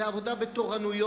זה עבודה בתורנויות?